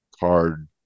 card